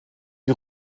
die